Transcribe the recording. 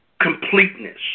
completeness